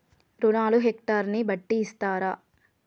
రుణాలు హెక్టర్ ని బట్టి ఇస్తారా?